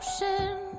ocean